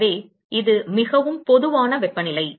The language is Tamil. எனவே இது மிகவும் பொதுவான வெப்பநிலை